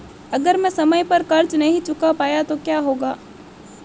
अगर मैं समय पर कर्ज़ नहीं चुका पाया तो क्या होगा?